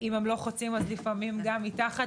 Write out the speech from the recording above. אם הם לא חוצים אז לפעמים גם מתחת,